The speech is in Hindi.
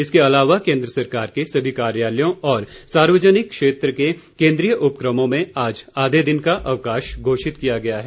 इसके अलावा केंद्र सरकार के सभी कार्यालयों और सार्वजनकि क्षेत्र के केंद्रीय उपकमों में आज आधे दिन का अवकाश घोषित किया गया है